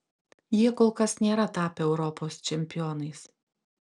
jie kol kas nėra tapę europos čempionais